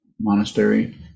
monastery